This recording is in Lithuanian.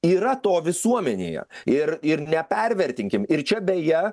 yra to visuomenėje ir ir nepervertinkim ir čia beje